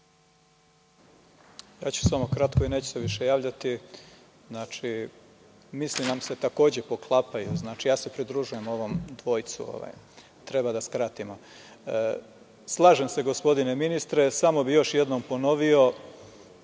Samo ću kratko i neću se više javljati. Misli nam se takođe poklapaju i ja se pridružujem, treba da skratimo. Slažem se, gospodine ministre, samo bih još jednom ponovio